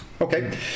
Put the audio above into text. Okay